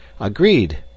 agreed